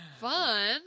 Fun